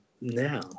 now